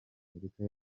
amerika